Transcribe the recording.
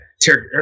Terry